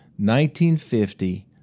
1950